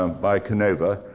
um by canova.